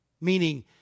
Meaning